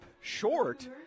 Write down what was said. short